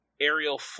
aerial